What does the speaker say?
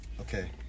okay